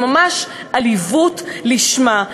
זו ממש עליבות לשמה.